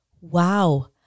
Wow